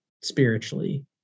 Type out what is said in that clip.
spiritually